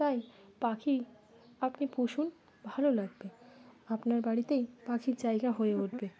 তাই পাখি আপনি পুষুন ভালো লাগবে আপনার বাড়িতেই পাখির জায়গা হয়ে উঠবে